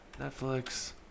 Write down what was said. Netflix